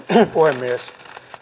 puhemies